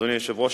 אדוני היושב-ראש,